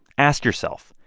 ask yourself,